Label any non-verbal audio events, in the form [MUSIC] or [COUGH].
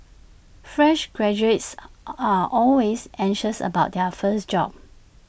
fresh graduates [HESITATION] are always anxious about their first job